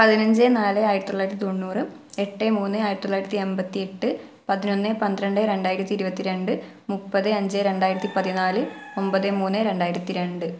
പതിനഞ്ച് നാല് ആയിരത്തൊള്ളായിരത്തി തൊണ്ണൂറ് എട്ട് മൂന്ന് ആയിരത്തിത്തൊള്ളായിരത്തി എണ്പത്തിയെട്ട് പതിനൊന്ന് പന്ത്രണ്ട് രണ്ടായിരത്തി ഇരുപത്തിരണ്ട് മുപ്പത് അഞ്ച് രണ്ടായിരത്തി പതിനാല് ഒമ്പത് മൂന്ന് രണ്ടായിരത്തി രണ്ട്